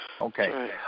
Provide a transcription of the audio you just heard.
Okay